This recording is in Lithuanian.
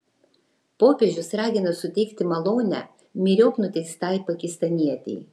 popiežius ragina suteikti malonę myriop nuteistai pakistanietei